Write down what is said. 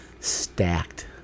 stacked